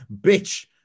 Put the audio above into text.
Bitch